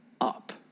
up